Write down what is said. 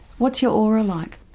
what's your aura like?